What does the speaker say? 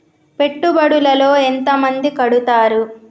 పెట్టుబడుల లో ఎంత మంది కడుతరు?